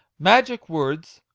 magic words!